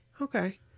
Okay